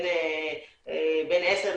בין 10%,